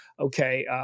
Okay